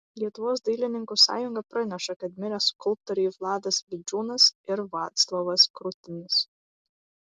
lietuvos dailininkų sąjunga praneša kad mirė skulptoriai vladas vildžiūnas ir vaclovas krutinis